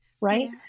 right